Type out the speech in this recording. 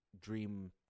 dream